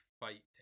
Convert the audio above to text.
fight